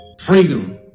freedom